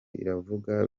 iravuga